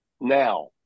now